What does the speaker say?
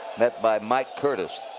met by mike curtis.